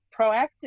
proactive